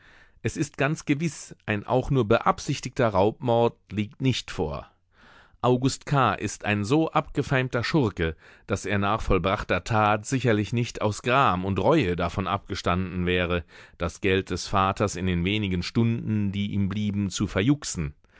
es ist ganz gewiß ein auch nur beabsichtigter raubmord liegt nicht vor august k ist ein so abgefeimter schurke daß er nach vollbrachter tat sicherlich nicht aus gram und reue davon abgestanden wäre das geld des vaters in den wenigen stunden die ihm blieben zu verjuxen